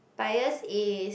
bias is